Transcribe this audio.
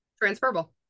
transferable